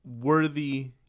worthy